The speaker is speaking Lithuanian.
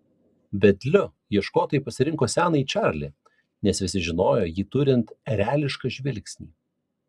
vedliu ieškotojai pasirinko senąjį čarlį nes visi žinojo jį turint erelišką žvilgsnį